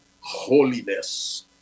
holiness